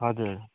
हजुर